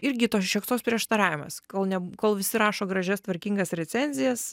irgi toks šioks toks prieštaravimas kol ne kol visi rašo gražias tvarkingas recenzijas